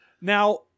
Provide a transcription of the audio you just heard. Now